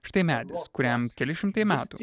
štai medis kuriam keli šimtai metų